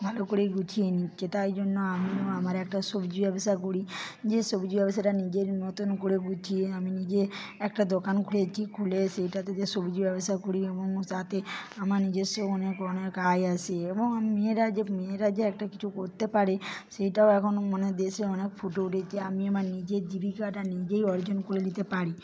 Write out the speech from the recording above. ভালো করে গুছিয়ে নিচ্ছে তাই জন্য আমিও আমার একটা সবজি ব্যবসা করি যে সবজি ব্যবসাটা নিজের মতন করে গুছিয়ে আমি নিজে একটা দোকান খুলেছি খুলে সেইটা থেকে সবজি ব্যবসা করি আমার সাথে আমার নিজস্ব অনেক অনেক আয় আসে এবং মেয়েরা যে মেয়েরা যে একটা কিছু করতে পারে সেইটাও এখন মানে দেশে অনেক ফুটে উঠেছে আমি আমার নিজের জীবিকাটা নিজেই অর্জন করে নিতে পারি